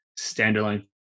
standalone